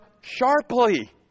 sharply